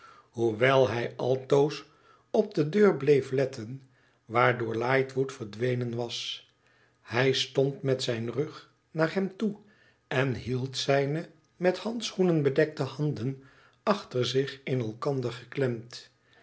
hoewel hij altoos op de deur bleef letten waardoor lightwood verdwenen was hij stond met zijn rug naar hem toe en hield zijne met handschoenen bedekte handen achter zich in elkander